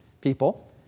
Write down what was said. people